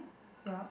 yup